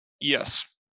Yes